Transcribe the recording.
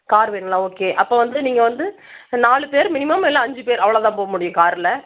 car வேணும்ங்களா okay அப்போ வந்து நீங்கள் வந்து நாலு பேர் மினிமம் இல்லை அஞ்சு பேர் அவ்வளோ பேர் தான் போக முடியும் காரில்